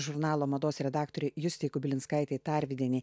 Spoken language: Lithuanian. žurnalo mados redaktorei justei kubilinskaitei tarvydienei